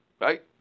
Right